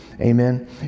Amen